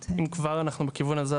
בסוף זה עולה לה כסף.